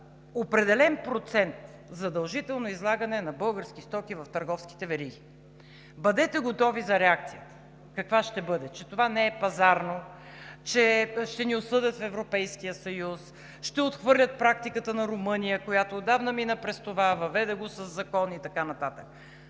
определен процент задължително излагане на български стоки в търговските вериги. Бъдете готови за реакцията, каква ще бъде? Че това не е пазарно, че ще ни осъдят в Европейския съюз, ще отхвърлят практиката на Румъния, която отдавна мина през това – въведе го със закон и така нататък.